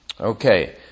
Okay